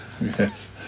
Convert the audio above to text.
Yes